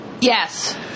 yes